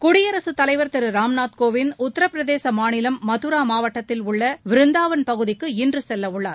குடியரசுத்தலைவர் திரு ராம்நாத் கோவிந்த் உத்தரப்பிரதேச மாநிலம் மதுரா மாவட்டத்தில் உள்ள விருந்தாவன் பகுதிக்கு இன்று செல்லவுள்ளார்